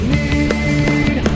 need